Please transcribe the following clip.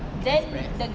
express